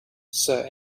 sir